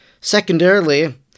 Secondarily